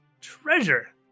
treasure